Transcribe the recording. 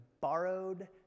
borrowed